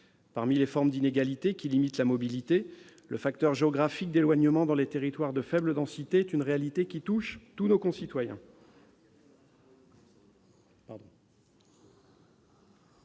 Parmi les formes d'inégalité qui limitent la mobilité, le facteur géographique d'éloignement dans les territoires de faible densité est une réalité qui touche tous nos concitoyens.